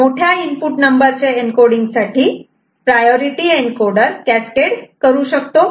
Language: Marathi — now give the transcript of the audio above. मोठ्या इनपुट नंबरचे एन्कोडींग साठी प्रायोरिटी एनकोडर कॅस्केड करू शकतो